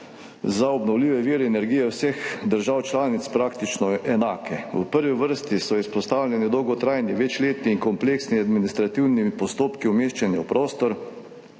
za obnovljive vire energije vseh držav članic praktično enake. V prvi vrsti so izpostavljeni dolgotrajni, večletni in kompleksni administrativni postopki umeščanja v prostor,